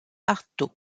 artaud